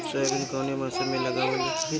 Soybean कौने मौसम में लगावल जा?